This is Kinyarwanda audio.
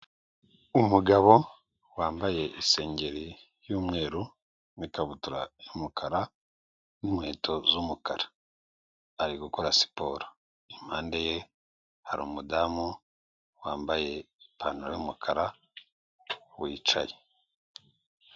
Umugabo wambaye isengeri y'umweru n'ikabutura y'umukara n'inkweto z'umukara, ari gukora siporo. Impande ye hari umudamu wambaye ipantaro y'umukara wicaye.